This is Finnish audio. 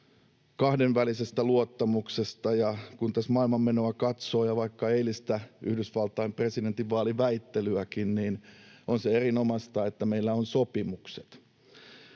kahdenvälisestä luottamuksesta, ja kun tässä maailmanmenoa katsoo ja vaikka eilistä Yhdysvaltain presidentinvaaliväittelyäkin, niin on se erinomaista, että meillä on sopimukset.